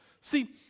See